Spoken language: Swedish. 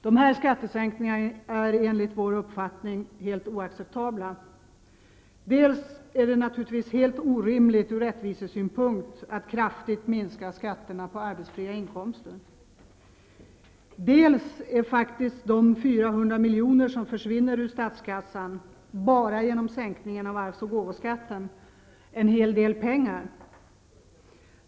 De här skattesänkningarna är enligt vår uppfattning helt oacceptabla. Dels är det naturligtvis helt orimligt från rättvisesynpunkt att kraftigt minska skatterna på arbetsfria inkomster, dels är faktiskt de 400 miljoner som försvinner ur statskassan bara genom sänkningen av arvs och gåvoskatten en hel del pengar.